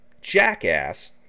jackass